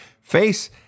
face